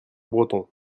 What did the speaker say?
breton